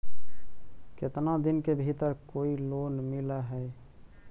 केतना दिन के भीतर कोइ लोन मिल हइ?